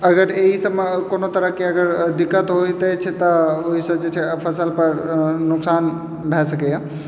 अगर एहि सभमे कोनो तरहके अगर दिक्कत होइत अछि तऽ ओहिसँ जे छै फसलपर नोकसान भए सकैयै